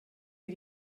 wie